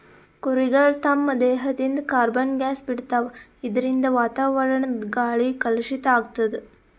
ಕುರಿಗಳ್ ತಮ್ಮ್ ದೇಹದಿಂದ್ ಕಾರ್ಬನ್ ಗ್ಯಾಸ್ ಬಿಡ್ತಾವ್ ಇದರಿಂದ ವಾತಾವರಣದ್ ಗಾಳಿ ಕಲುಷಿತ್ ಆಗ್ತದ್